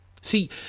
See